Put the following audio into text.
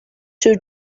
two